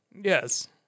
Yes